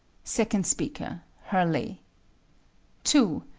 second speaker hurley two.